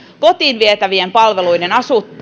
kotiin vietävien palveluiden